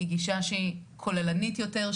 היא גישה שהיא כוללנית יותר,